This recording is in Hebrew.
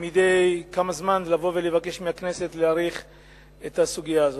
מדי כמה זמן לבוא ולבקש מהכנסת להאריך את הסוגיה הזאת.